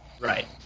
Right